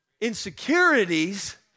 insecurities